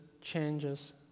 changes